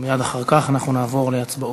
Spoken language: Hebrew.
ומייד אחר כך אנחנו נעבור להצבעות.